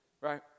Right